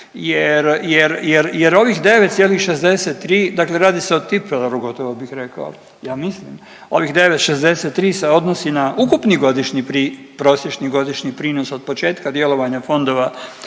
jer ovih 9,63, dakle radi se o tipfeleru gotovo bih rekao, ja mislim, ovih 9,63 se odnosi na ukupni godišnji pri…, prosječni godišnji prinos otpočetka djelovanja fondova,